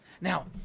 Now